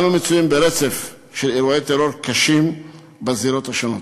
אנו מצויים ברצף של אירועי טרור קשים בזירות שונות.